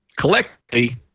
collectively